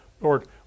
Lord